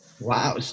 Wow